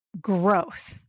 growth